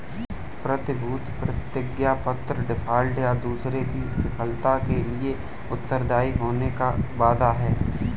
प्रतिभूति प्रतिज्ञापत्र डिफ़ॉल्ट, या दूसरे की विफलता के लिए उत्तरदायी होने का वादा है